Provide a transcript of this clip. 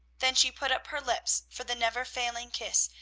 then she put up her lips for the never-failing kiss,